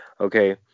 okay